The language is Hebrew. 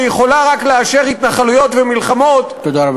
ויכולה רק לאשר התנחלויות ומלחמות, תודה רבה.